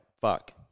fuck